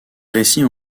récits